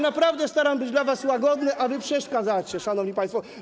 Naprawdę staram się być dla was łagodny, a wy przeszkadzacie, szanowni państwo.